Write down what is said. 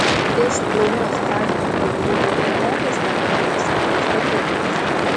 iš plonos kadmio telūrido plėvelės gaminamos saulės baterijos